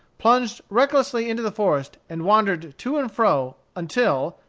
plunged recklessly into the forest, and wandered to and fro until,